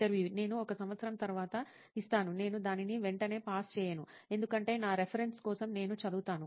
ఇంటర్వ్యూఈ నేను ఒక సంవత్సరం తరువాత ఇస్తాను నేను దానిని వెంటనే పాస్ చేయను ఎందుకంటే నా రిఫరెన్స్ కోసం నేను చదువుతాను